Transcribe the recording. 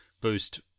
boost